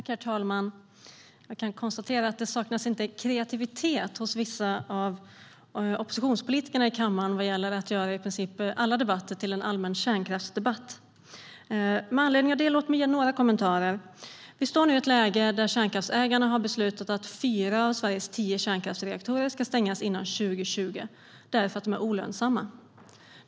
Herr talman! Jag kan konstatera att det hos vissa av oppositionspolitikerna i kammaren inte saknas kreativitet vad gäller att göra i princip alla debatter till en allmän kärnkraftsdebatt. Låt mig ge några kommentarer med anledning av detta. Vi står nu i ett läge där kärnkraftsägarna har beslutat att fyra av Sveriges tio kärnkraftsreaktorer ska stängas före 2020, eftersom de är olönsamma.